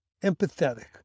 empathetic